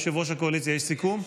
ראש הקואליציה, יש סיכום?